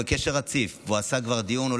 אבא לעשרה ילדים, והוא מ"פ.